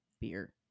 beer